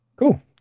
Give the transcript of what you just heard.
Cool